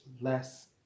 less